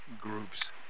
groups